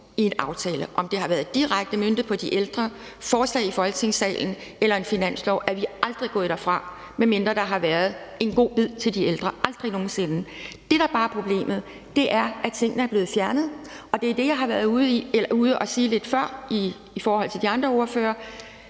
i en aftale – om det har været aftaler direkte møntet på de ældre, forslag i Folketingssalen eller en finanslov – er vi aldrig gået derfra, medmindre der har været en god bid til de ældre, aldrig nogen sinde. Det, der bare er problemet, er, at tingene er blevet fjernet, og det er det, jeg har været ude og sige lidt før over for de andre ordførere: